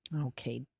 Okay